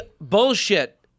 bullshit